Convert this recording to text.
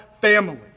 family